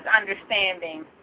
understanding